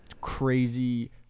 Crazy